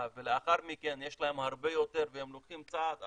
ולאחר מכן יש להם הרבה יותר והם לוקחים צעד אחר,